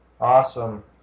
Awesome